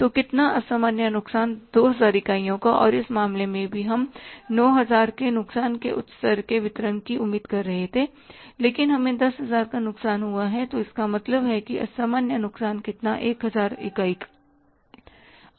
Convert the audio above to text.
तो कितना असामान्य नुकसान 2000 इकाइयों का और इस मामले में भी हम 9000 के नुकसान के उच्च स्तर के वितरण की उम्मीद कर रहे थे लेकिन हमें 10000 का नुकसान हुआ है तो इसका मतलब है कि असामान्य नुकसान कितना 1000 यूनिट है